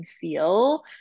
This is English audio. feel